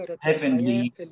heavenly